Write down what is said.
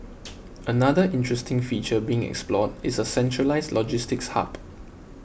another interesting feature being explored is a centralised logistics hub